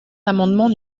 l’amendement